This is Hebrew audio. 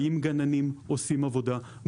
באים גננים, עושים עבודה.